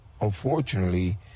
Unfortunately